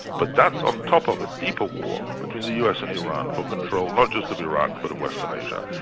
but that's on top of a deeper war between the us and iran for control not just of iraq but of western asia,